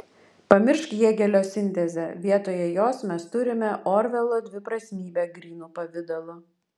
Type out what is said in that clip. pamiršk hėgelio sintezę vietoje jos mes turime orvelo dviprasmybę grynu pavidalu